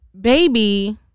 baby